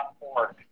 org